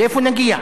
לאיפה נגיע?